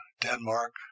Denmark